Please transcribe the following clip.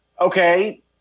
okay